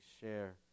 share